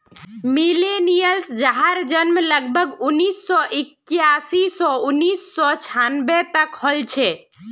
millennials जहार जन्म लगभग उन्नीस सौ इक्यासी स उन्नीस सौ छानबे तक हल छे